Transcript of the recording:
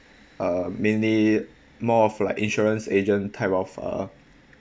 uh mainly more of like insurance agent type of uh